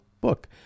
book